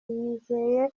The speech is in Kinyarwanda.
yizeye